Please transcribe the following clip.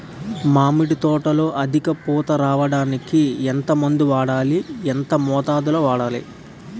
మామిడి తోటలో అధిక పూత రావడానికి ఎంత మందు వాడాలి? ఎంత మోతాదు లో వాడాలి?